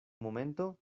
momento